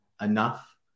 enough